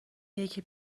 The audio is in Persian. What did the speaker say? یکی